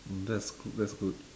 that's that's good